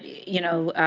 you know,